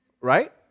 Right